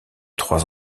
trois